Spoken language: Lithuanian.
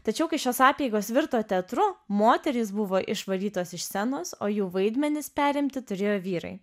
tačiau kai šios apeigos virto teatru moterys buvo išvarytos iš scenos o jų vaidmenis perimti turėjo vyrai